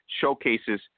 showcases